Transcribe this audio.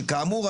שכאמור,